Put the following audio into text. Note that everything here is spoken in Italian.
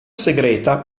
segreta